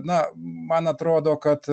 na man atrodo kad